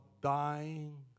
dying